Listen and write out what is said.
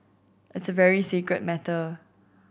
it's a very sacred matter